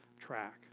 track